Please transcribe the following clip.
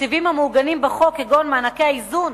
התקציבים המעוגנים בחוק, כגון מענקי האיזון,